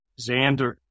Xander